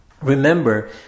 Remember